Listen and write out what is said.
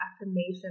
affirmation